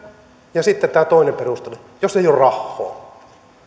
ja sitten tämä toinen perustelu että jos ei oo rahhoo